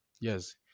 Yes